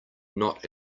not